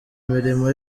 imirimo